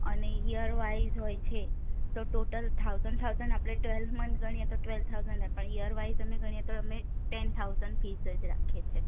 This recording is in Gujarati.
અને યર વાઇઝ હોય છે તો ટોટલ થાઉઝન્ડ થાઉઝન્ડ આપણે ટ્વેલ્થ મંથ ગણીએ તો ટ્વેલ્થ થાઉઝન્ડ થાય પણ યર વાઇઝ તમે ગણીએ તો અમે ટેન થાઉઝન્ડ ફીસ જ રાખીએ છીએ ઓકે